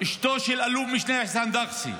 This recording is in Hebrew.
אשתו של אלוף משנה אחסאן דקסה,